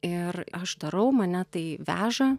ir aš darau mane tai veža